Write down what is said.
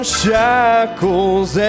shackles